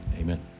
Amen